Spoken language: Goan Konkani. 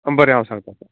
बरें हांव सांगतां